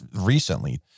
recently